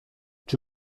czy